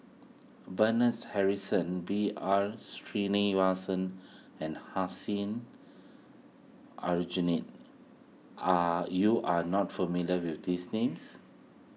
Bernard Harrison B R Sreenivasan and Hussein Aljunied are you are not familiar with these names